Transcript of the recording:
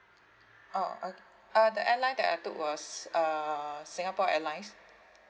oh o~ the airline that I took was uh singapore airlines